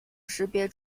识别